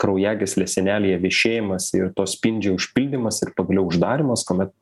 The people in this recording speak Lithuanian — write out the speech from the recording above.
kraujagyslės sienelėje viešėjimas ir to spindžio užpildymas ir pagaliau uždarymas kuomet